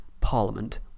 Parliament